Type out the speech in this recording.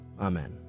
Amen